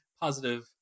positive